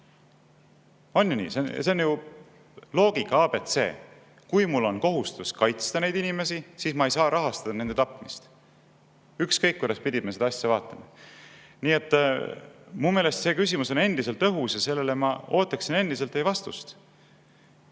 See on ju loogika ABC: kui mul on kohustus kaitsta neid inimesi, siis ma ei saa rahastada nende tapmist. Ükskõik, kuidaspidi me seda asja vaatame. Nii et minu meelest see küsimus on endiselt õhus ja sellele ma ootan endiselt teie vastust.